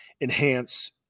enhance